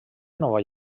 nova